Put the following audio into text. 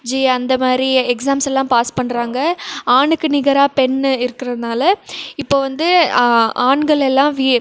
G அந்த மாதிரி exams எல்லாம் பாஸ் பண்ணுறாங்க ஆணுக்கு நிகராக பெண் இருக்கறதுனால் இப்போது வந்து ஆண்கள் எல்லாம் வீ